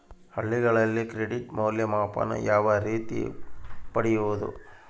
ಹಳ್ಳಿಗಳಲ್ಲಿ ಕ್ರೆಡಿಟ್ ಮೌಲ್ಯಮಾಪನ ಯಾವ ರೇತಿ ಪಡೆಯುವುದು?